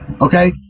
Okay